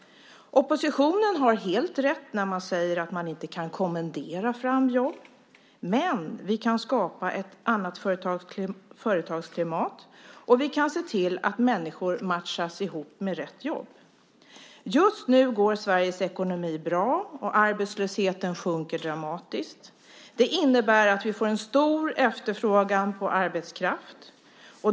Oppositionen har helt rätt när man säger att man inte kan kommendera fram jobb. Men vi kan skapa ett annat företagsklimat, och vi kan se till att människor matchas ihop med rätt jobb. Just nu går Sveriges ekonomi bra, och arbetslösheten sjunker dramatiskt. Det innebär att vi får en stor efterfrågan på arbetskraft.